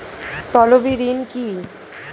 তলবি ঋণ কি?